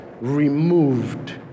removed